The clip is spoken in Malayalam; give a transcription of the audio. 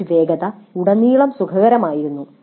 കവറേജ് വേഗത ഉടനീളം സുഖകരമായിരുന്നു